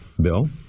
Bill